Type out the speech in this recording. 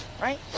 Right